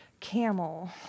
Camel